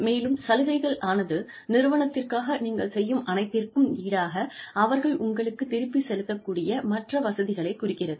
மேலும் சலுகைகள் ஆனது நிறுவனத்திற்காக நீங்கள் செய்யும் அனைத்திற்கும் ஈடாக அவர்கள் உங்களுக்குத் திருப்பி செலுத்தக்கூடிய மற்ற வசதிகளை குறிக்கிறது